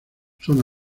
son